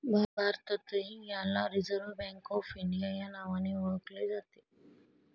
भारतातही याला Reserve Bank of India या नावाने ओळखले जाते